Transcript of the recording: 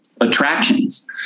attractions